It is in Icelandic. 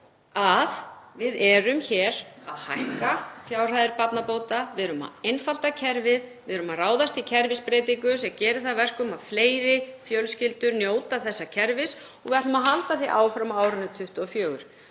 að við erum hér að hækka fjárhæðir barnabóta. Við erum að einfalda kerfið. Við erum að ráðast í kerfisbreytingu sem gerir það að verkum að fleiri fjölskyldur njóta þessa kerfis og við ætlum að halda því áfram á árinu 2024.